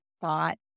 thought